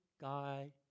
guy